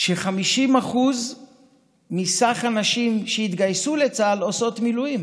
ש-50% מהנשים שהתגייסו לצה"ל עושות מילואים.